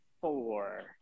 four